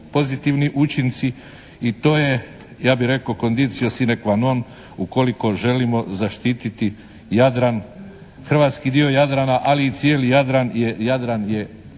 pozitivni učinci i to je, ja bih rekao, «conditio sine qua non» ukoliko želimo zaštititi Jadran, hrvatski dio Jadrana ali i cijeli Jadran jer